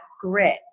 grit